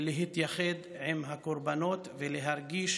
ולהתייחד עם הקורבנות ולהרגיש